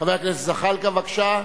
חבר הכנסת זחאלקה, בבקשה.